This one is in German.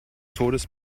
todes